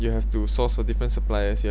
you have to source for different suppliers